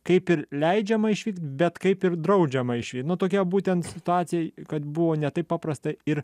kaip ir leidžiama išvykti bet kaip ir draudžiama išvykt nu tokia būtent situacija kad buvo ne taip paprasta ir